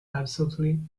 absolutely